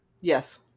Yes